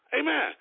Amen